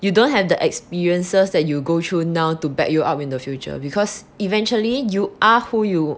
you don't have the experiences that you go through now to back you up in the future because eventually you are who you